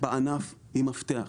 בענף היא מפתח.